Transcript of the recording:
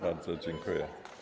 Bardzo dziękuję.